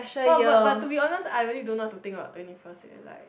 but but but to be honest I really don't know what to think about twenty first eh like